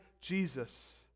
Jesus